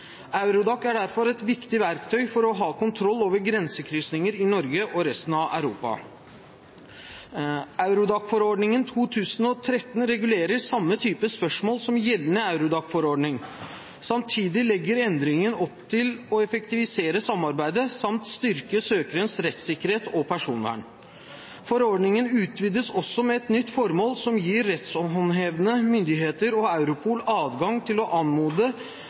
Eurodac er derfor et viktig verktøy for å ha kontroll over grensekryssinger i Norge og i resten av Europa. Eurodac-forordningen 2013 regulerer samme type spørsmål som gjeldende Eurodac-forordning. Samtidig legger endringen opp til å effektivisere samarbeidet, samt styrke søkerens rettssikkerhet og personvern. Forordningen utvides også med et nytt formål som gir rettshåndhevende myndigheter og Europol adgang til å anmode